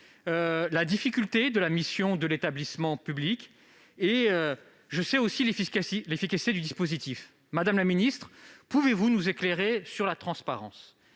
la difficulté de la mission de l'établissement public et je sais aussi l'efficacité du dispositif. Madame la ministre, pouvez-vous nous éclairer sur la transparence ?